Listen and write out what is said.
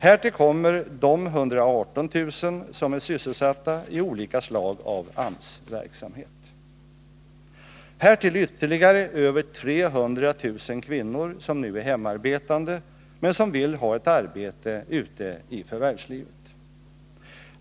Härtill kommer de 118 000 som är sysselsatta i olika slag av AMS-verksamhet. Vidare finns det ytterligare över 300 000 kvinnor, som nu är hemarbetande men som vill ha ett arbete ute i förvärvslivet.